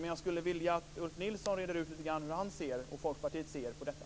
Men jag skulle vilja att Ulf Nilsson reder ut lite grann hur han och Folkpartiet ser på detta.